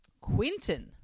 Quinton